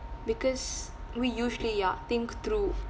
because we usually ya think through